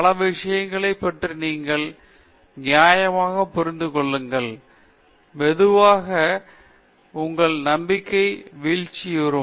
பல விஷயங்களைப் பற்றி நியாயமாகப் புரிந்து கொள்ளுங்கள் மெதுவாக உங்கள் நம்பிக்கை வீழ்ச்சியுறும்